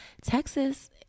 texas